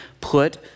put